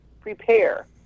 prepare